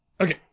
Okay